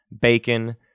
Bacon